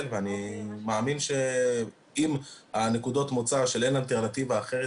ואני מאמין שאם נקודת המוצא היא שאין אלטרנטיבה אחרת,